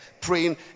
praying